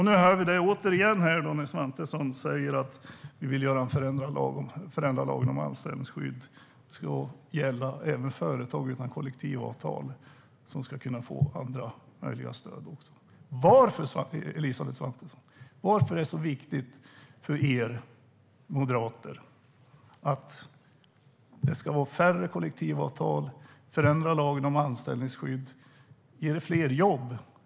Nu hör vi det återigen, när Svantesson säger att ni vill förändra lagen om anställningsskydd, att det ska gälla även företag utan kollektivavtal, att de skulle kunna få olika stöd. Varför, Elisabeth Svantesson, är det så viktigt för er moderater att det ska vara färre kollektivavtal och att förändra lagen om anställningsskydd? Ger det fler jobb?